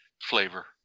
flavor